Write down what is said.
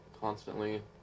constantly